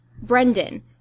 Brendan